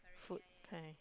foot kind